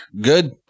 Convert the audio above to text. Good